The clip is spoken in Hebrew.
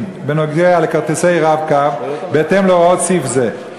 בנוגע לכרטיסי "רב-קו" בהתאם להוראות סעיף זה.